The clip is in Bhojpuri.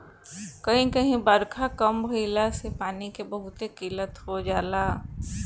कही कही बारखा कम भईला से पानी के बहुते किल्लत हो जाला